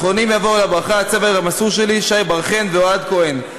אחרונים יבואו על הברכה הצוות המסור שלי: שי בר חן ואוהד כהן.